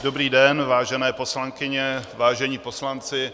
Dobrý den, vážené poslankyně, vážení poslanci.